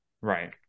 Right